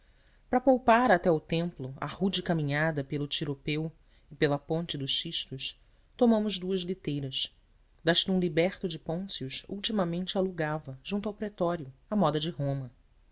para poupar até ao templo a rude caminhada pelo tiropeu e pela ponte do xisto tomamos duas liteiras das que um liberto de pôncio ultimamente alugava junto ao pretório a moda de roma